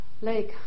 lake